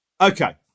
Okay